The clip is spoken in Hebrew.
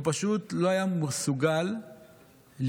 והוא פשוט לא היה מסוגל לבלוע.